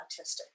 autistic